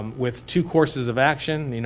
with two courses of action, you know